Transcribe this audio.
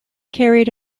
carried